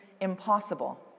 impossible